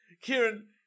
Kieran